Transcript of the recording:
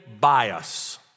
bias